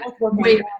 wait